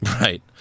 Right